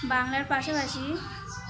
বাংলার পাশাপাশি